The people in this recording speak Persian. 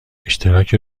اشتراک